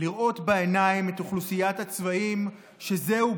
לראות בעיניים את אוכלוסיית הצבאים שזהו